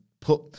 put